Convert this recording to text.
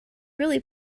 really